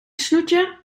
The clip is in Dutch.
snoetje